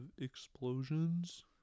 explosions